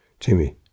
Timmy